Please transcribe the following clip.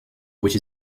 which